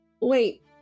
Wait